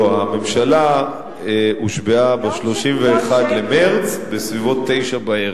לא, הממשלה הושבעה ב-31 במרס בסביבות 21:00, בערב.